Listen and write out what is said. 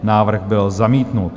Návrh byl zamítnut.